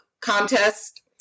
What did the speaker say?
contest